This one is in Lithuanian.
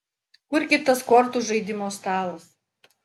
kur gi tas kortų žaidimo stalas